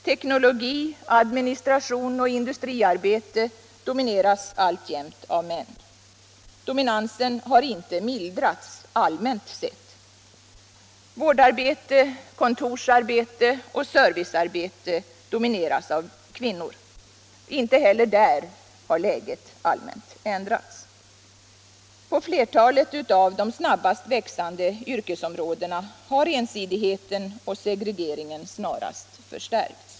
Teknologi, administration och industriarbete domineras alltjämt av män. Dominansen har inte mildrats, allmänt sett. Vårdarbete, kontorsarbete och servicearbete domineras av kvinnor. Inte heller där har läget ändrats. På flertalet av de snabbast växande yrkesområdena har ensidigheten och segregeringen snarast förstärkts.